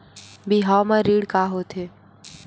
बिहाव म ऋण का होथे?